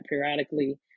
periodically